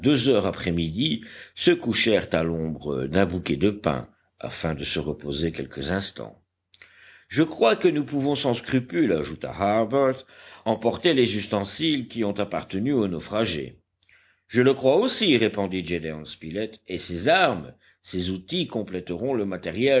midi se couchèrent à l'ombre d'un bouquet de pins afin de se reposer quelques instants je crois que nous pouvons sans scrupule ajouta harbert emporter les ustensiles qui ont appartenu au naufragé je le crois aussi répondit gédéon spilett et ces armes ces outils compléteront le matériel